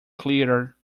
clearer